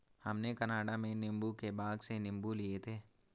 हमने कनाडा में नींबू के बाग से नींबू लिए थे